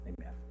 Amen